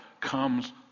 comes